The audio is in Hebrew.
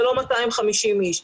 זה לא 250 איש.